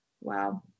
Wow